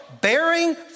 Bearing